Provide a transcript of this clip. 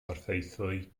porthaethwy